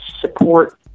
support